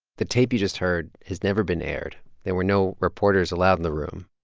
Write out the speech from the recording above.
the tape you just heard has never been aired. there were no reporters allowed in the room.